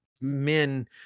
men